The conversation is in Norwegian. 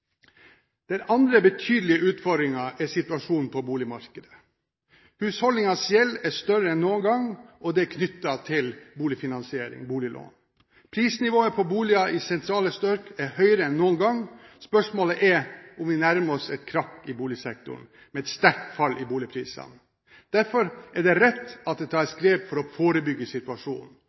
næringsliv. Den andre betydelige utfordringen er situasjonen på boligmarkedet. Husholdningenes gjeld er større enn noen gang, og det er knyttet til boliglån. Prisnivået på boliger i sentrale strøk er høyere enn noen gang. Spørsmålet er om vi nærmer oss et krakk i boligsektoren med et sterkt fall i boligprisene. Derfor er det rett at det tas grep for å forebygge situasjonen.